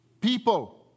people